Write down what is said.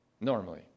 normally